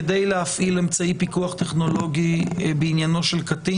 כדי להפעיל אמצעי פיקוח טכנולוגי בעניינו של קטין